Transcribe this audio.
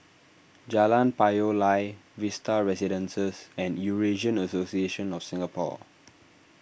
Jalan Payoh Lai Vista Residences and Eurasian Association of Singapore